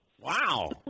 Wow